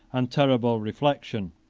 and terrible reflection,